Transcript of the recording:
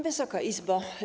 Wysoka Izbo!